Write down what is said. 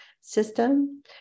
system